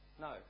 No